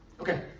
Okay